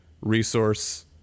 resource